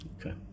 Okay